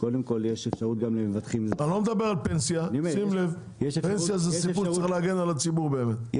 אני לא מדבר על פנסיה; בפנסיה צריך להגן על הציבור באמת,